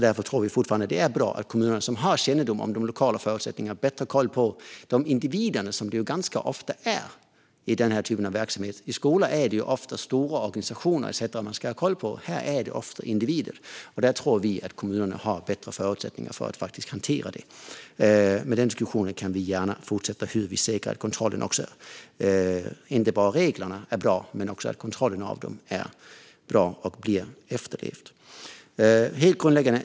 Därför tror vi fortfarande att det är bra att kommuner har kännedom om lokala förutsättningar och de individer som finns inom denna typ av verksamhet. Skolor är ofta stora organisationer, men här är det ofta individer. Där tror vi att kommunerna har bättre förutsättningar att hantera dessa frågor. Vi kan gärna fortsätta diskussionen om hur vi fortsätter att förbättra kontrollen. Det gäller inte bara att reglerna är bra, utan det ska också ske en kontroll av efterlevnaden av reglerna.